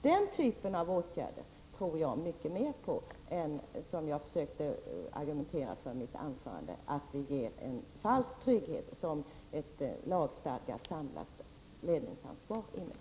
Den typen av åtgärder tror jag mer på än att man ger den falska trygghet som ett lagstadgat samlat ledningsansvar innebär.